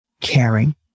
caring